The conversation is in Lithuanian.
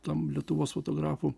tam lietuvos fotografų